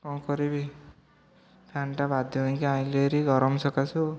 କ'ଣ କରିବି ଫ୍ୟାନ୍ଟା ବାଧ୍ୟ ହେଇକି ଆଣିଲି ହେରି ଗରମ ସକାଶୁ ଓ